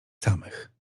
samych